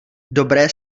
dobré